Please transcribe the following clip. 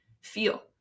Feel